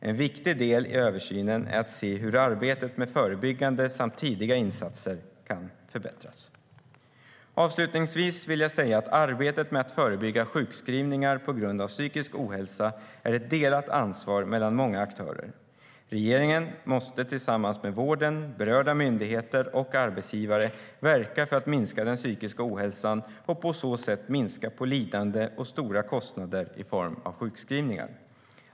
En viktig del i översynen är att se hur arbetet med förebyggande samt tidiga insatser kan förbättras. Avslutningsvis vill jag säga att arbetet med att förebygga sjukskrivningar på grund av psykisk ohälsa är ett delat ansvar mellan många aktörer. Regeringen måste, tillsammans med vården, berörda myndigheter och arbetsgivare verka för att minska den psykiska ohälsan och på så sätt minska på lidande och stora kostnader i form av sjukskrivningar.